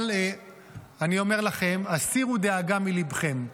אבל אני אומר לכם, הסירו דאגה מליבכם.